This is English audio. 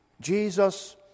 Jesus